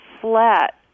flat